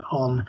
on